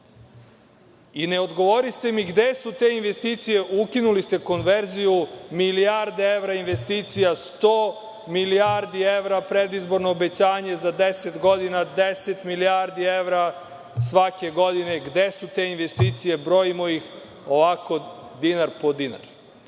odgovoriste mi gde su te investicije. Ukinuli ste konverziju. Milijarde evra investicija, 100 milijardi evra predizborno obećanje, za 10 godina 10 milijardi evra svake godine. Gde su te investicije? Brojimo ih ovako dinar po dinar.